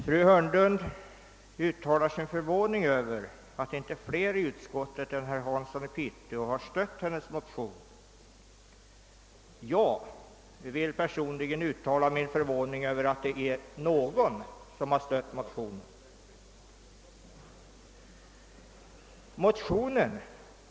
Fru Hörnlund uttalar sin förvåning över att inte fler i utskottet än herr Hansson i Piteå har stött hennes motion. Jag vill personligen uttala min förvåning över att det är någon som har stött motionen.